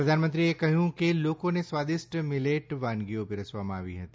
પ્રધાનમંત્રીએ કહ્યું કે લોકોને સ્વાદિષ્ટ મિલેટ વાનગીઓ પીરસવામાં આવી હતી